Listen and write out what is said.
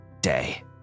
day